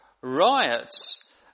riots